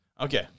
Okay